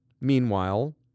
Meanwhile